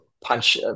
punch